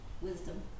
Wisdom